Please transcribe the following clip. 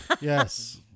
Yes